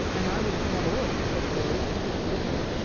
and i would. not all are success stories, because people are looking.